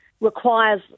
requires